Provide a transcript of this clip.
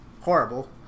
horrible